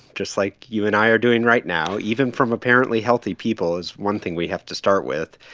just like you and i are doing right now even from apparently healthy people is one thing we have to start with.